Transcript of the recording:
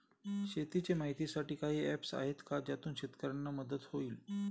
शेतीचे माहितीसाठी काही ऍप्स आहेत का ज्यातून शेतकऱ्यांना मदत होईल?